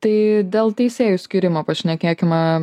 tai dėl teisėjų skyrimo pašnekėkim